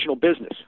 business